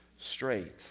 straight